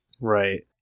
Right